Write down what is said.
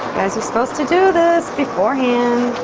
guys are supposed to do this beforehand.